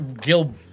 Gil